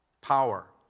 Power